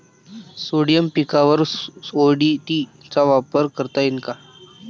Soybean पिकावर ODT चा वापर करता येईन का?